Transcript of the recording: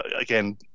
again